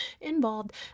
involved